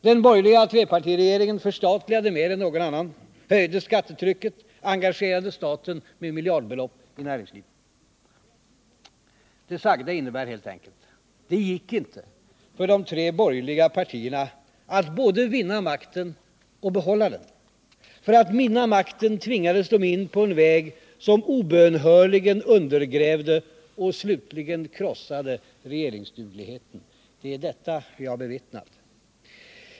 Den borgerliga trepartiregeringen förstatligade mer än någon annan, höjde skattetrycket, engagerade staten med miljardbelopp i näringslivet. Det sagda innebär helt enkelt: Det gick inte för de tre borgerliga partierna att både vinna makten och behålla den. För att vinna makten tvingades de in på en väg som obönhörligen undergrävde och slutligen krossade regeringsdugligheten. Det är detta vi har bevittnat.